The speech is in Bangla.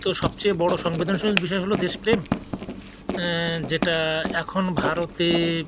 তো সবচেয়ে বড় সংবেদনশীল বিষয় হলো দেশপ্রেম যেটা এখন ভারতে